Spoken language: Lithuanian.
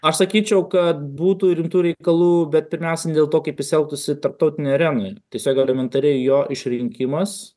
aš sakyčiau kad būtų rimtų reikalų bet pirmiausia ne dėl to kaip jis elgtųsi tarptautinėj arenoj tiesiog elementariai jo išrinkimas